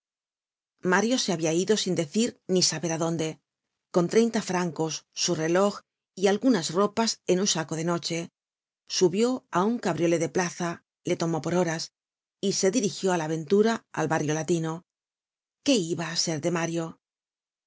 mario se habia ido sin decir ni saber á dónde con treinta francos su reloj y algunas ropas en un saco de noche subió á un cabriolé de plaza le tomó por horas y se dirigió á la ventura al barrio latino qué iba á ser de mario